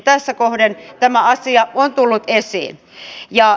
tässä kohden tämä asia on tullut esiin